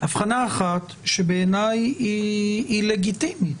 הבחנה אחת שבעיניי היא לגיטימית,